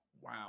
Wow